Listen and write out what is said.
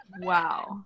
wow